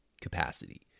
capacity